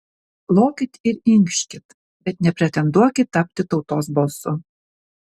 lokit ir inkškit bet nepretenduokit tapti tautos balsu